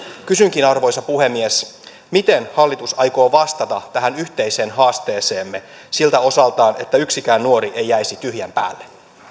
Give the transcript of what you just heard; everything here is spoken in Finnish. kysynkin arvoisa puhemies miten hallitus aikoo vastata tähän yhteiseen haasteeseemme siltä osaltaan että yksikään nuori ei jäisi tyhjän päälle